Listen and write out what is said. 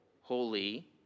holy